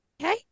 Okay